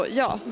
ja